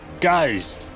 guys